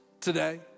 today